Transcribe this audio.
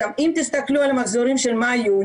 אם תסתכלו על המחזורים של מאי-יוני,